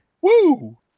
Woo